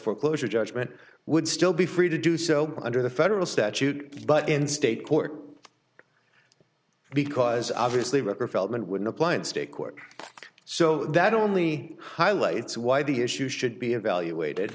foreclosure judgment would still be free to do so under the federal statute but in state court because obviously refreshment would apply in state court so that only highlights why the issue should be evaluated